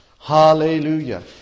Hallelujah